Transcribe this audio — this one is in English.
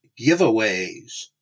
giveaways